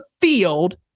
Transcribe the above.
field